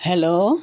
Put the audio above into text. hello